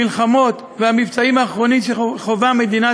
המלחמות והמבצעים האחרונים שחווה מדינת